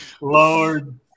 Lord